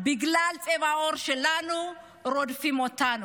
בגלל צבע העור שלנו רודפים אותנו.